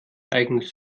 eigenes